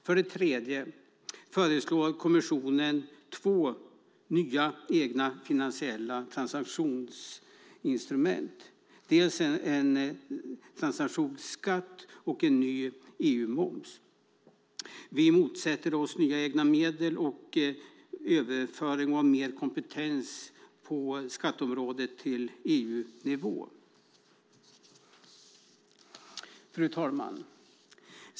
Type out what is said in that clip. För det tredje föreslår kommissionen två nya egna finansiella transaktionsinstrument, en transaktionsskatt och en ny EU-moms. Vi motsätter oss nya egna medel och överföring av mer kompetens på skatteområdet till EU-nivå. Fru talman!